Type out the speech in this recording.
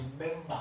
remember